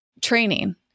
training